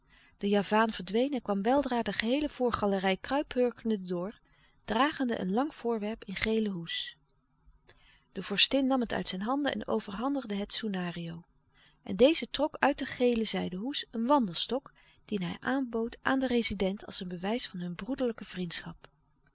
de javaan verdween en kwam weldra de geheele voorgalerij kruiphurkende door dragende een lang voorwerp in gele hoes de vorstin nam het uit zijn handen en overhandigde het soenario en deze trok uit de gele zijden hoes een wandelstok dien hij aanbood aan den rezident als een bewijs van hun broederlijke vriendschap